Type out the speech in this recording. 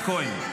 חבר הכנסת כהן,